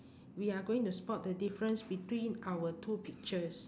we are going to spot the difference between our two pictures